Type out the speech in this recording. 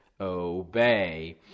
obey